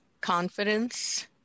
Confidence